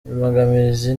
imbogamizi